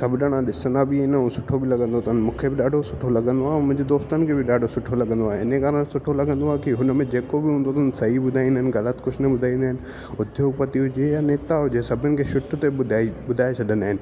सभु ॼणा ॾिसंदा बि आहिनि ऐं सुठो बि लॻंदो अथनि मूंखे ॾाढो सुठो लॻंदो आहे ऐं मुंहिंजे दोस्तनि खे बि ॾाढो सुठो लॻंदो आहे इन्हीअ कारणु सुठो लॻंदो आहे कि हुन में जेको बि हूंदो अथनि सही ॿुधाईंदा आहिनि ग़लति कुझु न ॿुधाईंदा आहिनि उद्योग पति हुजे या नेता हुजे सभिनि खे शिफ्ट ते ॿुधाई ॿुधाए छॾींदा आहिनि